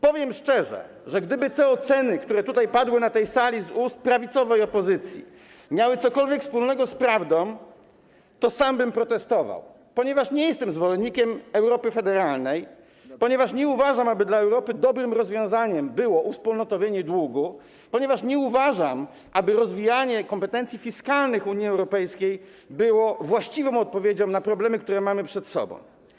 Powiem szczerze, że gdyby te oceny, które padły na tej sali z ust prawicowej opozycji, miały cokolwiek wspólnego z prawdą, to sam bym protestował, ponieważ nie jestem zwolennikiem Europy federalnej, ponieważ nie uważam, aby dla Europy dobrym rozwiązaniem było uwspólnotowienie długu, ponieważ nie uważam, aby rozwijanie kompetencji fiskalnych Unii Europejskiej było właściwą odpowiedzią na problemy, które mamy przed sobą.